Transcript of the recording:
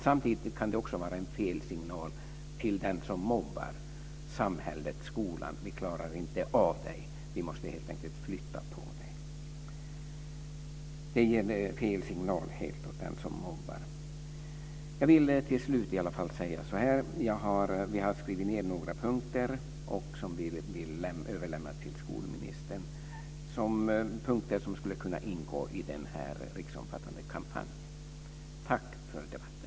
Samtidigt kan det också vara en felaktig signal till den som mobbar från samhället och skolan: Vi klarar inte av dig. Vi måste helt enkelt flytta på dig. Det ger helt fel signal åt den som mobbar. Jag vill till slut i alla fall säga att vi har skrivit ned några punkter som vi vill överlämna till skolministern. Det är punkter som skulle kunna ingå i den här riksomfattande kampanjen. Tack för debatten!